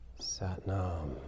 Satnam